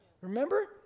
Remember